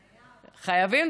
חייבים.